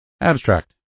Abstract